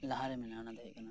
ᱞᱟᱦᱟᱨᱮ ᱢᱮᱱᱟᱜᱼᱟ ᱚᱱᱟ ᱫᱚ ᱦᱩᱭᱩᱜ ᱠᱟᱱᱟ